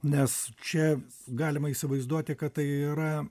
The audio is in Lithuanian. nes čia galima įsivaizduoti kad tai yra